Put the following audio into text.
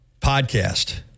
podcast